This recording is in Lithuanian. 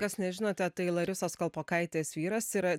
kas nežinote tai larisos kalpokaitės vyras yra